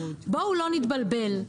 בואו לא נתבלבל,